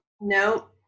No